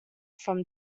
from